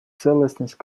целостность